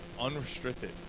unrestricted